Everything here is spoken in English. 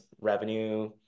revenue